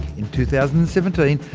in two thousand and seventeen,